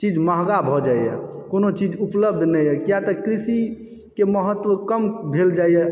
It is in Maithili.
चीज महग भऽ जाइए कोनोचीज उपलब्ध नहि अइ किआ तऽ कृषिके महत्व कम भेल जाइए